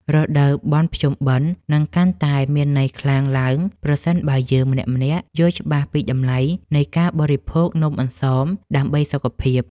រដូវបុណ្យភ្ជុំបិណ្ឌនឹងកាន់តែមានន័យខ្លាំងឡើងប្រសិនបើយើងម្នាក់ៗយល់ច្បាស់ពីតម្លៃនៃការបរិភោគនំអន្សមដើម្បីសុខភាព។